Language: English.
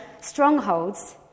strongholds